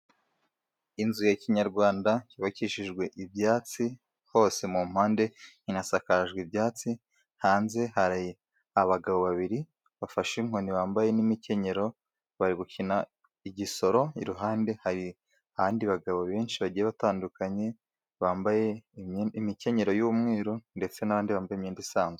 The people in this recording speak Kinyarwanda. Inzu ya kinyarwanda yubakishijwe ibyatsi hose mu mpande inasakajwe ibyatsi, hanze hari abagabo babiri bafashe inkoni bambaye n'imikenyero bari gukina igisoro, iruhande hari abandi bagabo benshi bagiye batandukanye bambaye imikenyero y'umweru, ndetse n'andi bambaye imyenda isanzwe.